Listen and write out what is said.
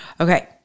Okay